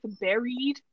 buried